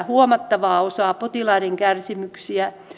huomattavaa osaa potilaiden kärsimyksiä